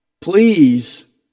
please